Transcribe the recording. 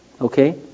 Okay